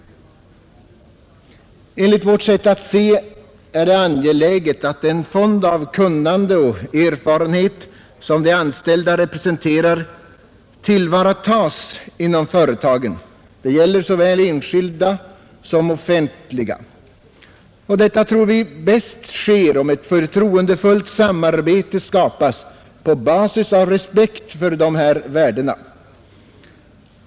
Enligt vårt sätt att se är det angeläget att den fond av kunnande och erfarenhet som de anställda representerar tillvaratas inom företagen — det gäller såväl enskilda som offentliga. Detta tror vi bäst sker om ett förtroendefullt samarbete skapas på basis av respekt för dessa värden.